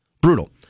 Brutal